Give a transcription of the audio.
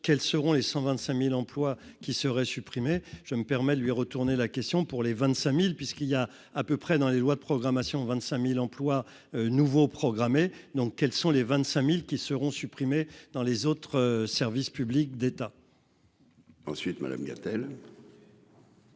quelles seront les 125000 emplois qui seraient supprimés, je me permets de lui retourner la question pour les 25000 puisqu'il y a à peu près dans les lois de programmation 25000 emplois nouveaux programmé donc quelles sont les 25000 qui seront supprimés dans les autres services publics d'État. Ensuite, madame-t-elle.